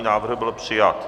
Návrh byl přijat.